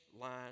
line